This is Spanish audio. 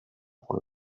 por